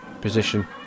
position